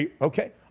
Okay